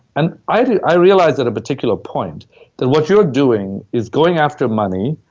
and i realized at a particular point that what you're doing is going after money,